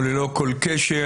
או ללא כל קשר.